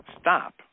Stop